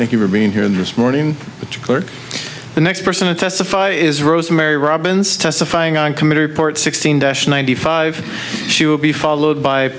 thank you for being here this morning or the next person to testify is rosemary robbins testifying on committee report sixteen dash ninety five she will be followed by